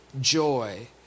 joy